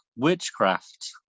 witchcraft